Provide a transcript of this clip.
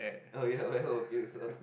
oh ya